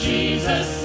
Jesus